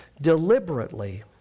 deliberately